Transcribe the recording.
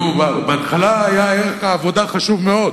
בהתחלה ערך העבודה היה חשוב מאוד,